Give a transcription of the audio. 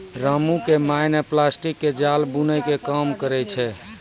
रामू के माय नॅ प्लास्टिक के जाल बूनै के काम करै छै